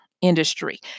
industry